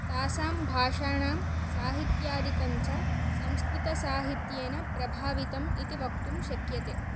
तासां भाषाणां साहित्यादिकं च संस्कृतसाहित्येन प्रभावितम् इति वक्तुं शक्यते